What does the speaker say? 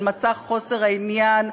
על מסך חוסר העניין,